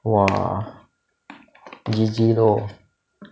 !wah! G_G lor